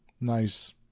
nice